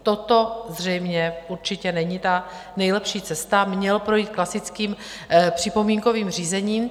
Toto zřejmě určitě není ta nejlepší cesta, měl projít klasickým připomínkovým řízením.